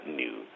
new